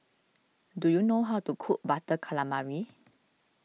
do you know how to cook Butter Calamari